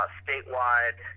statewide